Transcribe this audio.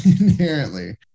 inherently